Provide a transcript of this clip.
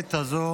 הנוראית הזאת